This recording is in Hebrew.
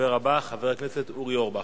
הדובר הבא, חבר הכנסת אורי אורבך.